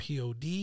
POD